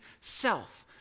self